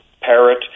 parrot